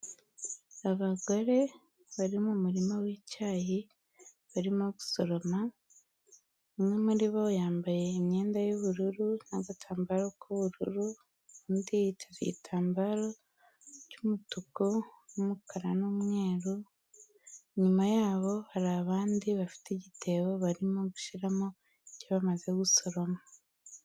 Abagore bari mu murima wi'cyayi barimo gusoroma, umwe muri bo yambaye imyenda y'ubururu n'agatambaro k'ubururu, undi yiteze igitambaro cy'umutuku n'umukara n'umweru, inyuma yabo hari abandi bafite igitebo barimo gushyiramo icyo bamaze gusoroma.